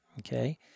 Okay